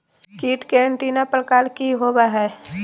कीट के एंटीना प्रकार कि होवय हैय?